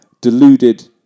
Deluded